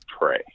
pray